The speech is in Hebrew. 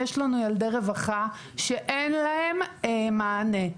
יש לנו ילדי רווחה שאין להם מענה,